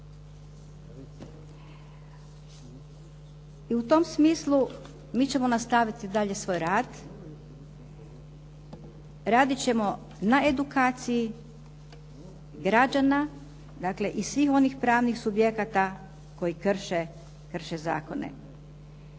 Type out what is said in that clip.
I u tom smislu mi ćemo nastaviti svoj rad. Radit ćemo na edukaciji građana, dakle i svih onih pravnih subjekata koji krše zakone.